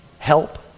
help